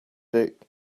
book